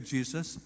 Jesus